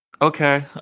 Okay